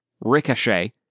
Ricochet